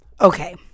Okay